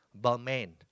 Balmain